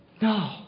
No